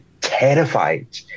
terrified